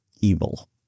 evil